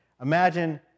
Imagine